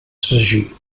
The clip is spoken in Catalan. sagí